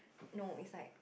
no it's like